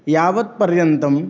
यावत्पर्यन्तं